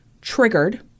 triggered